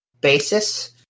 basis